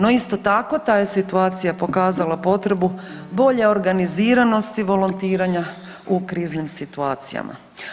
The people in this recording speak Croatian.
No, isto tako ta je situacija pokazala potrebu bolje organiziranosti volontiranja u kriznim situacijama.